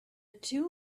two